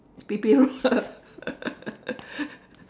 P_P_U lah